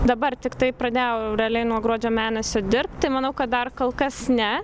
dabar tiktai pradėjau realiai nuo gruodžio mėnesio dirbt tai manau kad dar kol kas ne